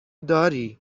داری